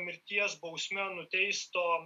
mirties bausme nuteisto